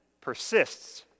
persists